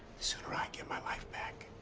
sooner i get my life back.